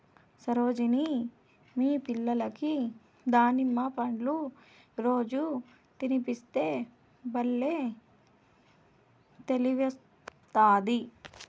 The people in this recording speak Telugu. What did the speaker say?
సరోజిని మీ పిల్లలకి దానిమ్మ పండ్లు రోజూ తినిపిస్తే బల్లే తెలివొస్తాది